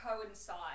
coincide